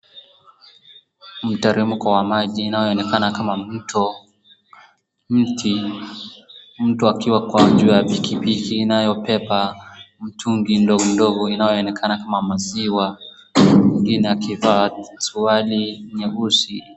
Mteremko wa maji inayonekana kama mto, mti mtu akiwa juu ya piki piki inayobeba mitungi ndogo ndogo inayo onekana kama maziwa, mwingine akivaa suruali nyeusi.